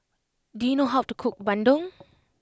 do you know how to cook Bandung